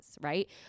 right